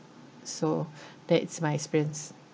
so that is my experience